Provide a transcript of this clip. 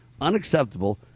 unacceptable